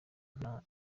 nta